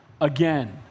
again